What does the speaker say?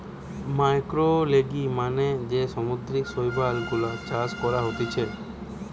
ম্যাক্রোলেগি মানে যে সামুদ্রিক শৈবাল গুলা চাষ করা হতিছে